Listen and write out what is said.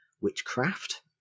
witchcraft